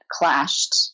clashed